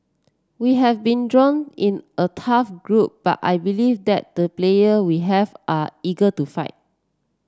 we have been drawn in a tough group but I believe that the player we have are eager to fight